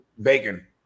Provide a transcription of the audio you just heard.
bacon